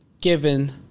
given